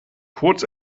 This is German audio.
kurz